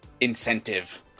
incentive